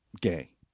gay